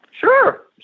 Sure